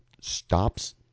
stops